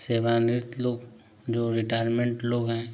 सेवानिवृत लोग जो रिटायरमेंट लोग हैं